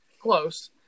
close